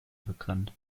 bekannt